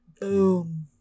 Boom